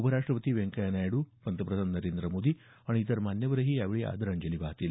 उपराष्ट्रपती व्यंकय्या नायडू पंतप्रधान नरेंद्र मोदी आणि इतर मान्यवरही यावेळी आदरांजली वाहतील